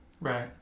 right